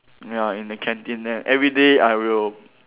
ya in the canteen then everyday I will